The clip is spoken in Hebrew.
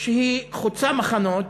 שחוצה מחנות,